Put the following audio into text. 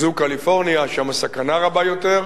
זו קליפורניה, שם הסכנה רבה יותר,